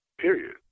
Period